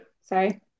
Sorry